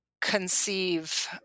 conceive